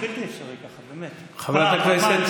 כשר משפטים זמני בממשלת מעבר.